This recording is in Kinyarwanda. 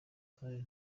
kandi